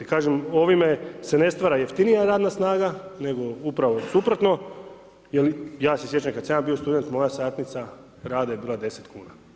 Kažem, ovime se ne stvara jeftinija radna snaga nego upravo suprotno jer ja se sjećam kad sam ja bio student, moja satnica rada je bila 10 kn.